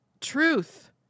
truth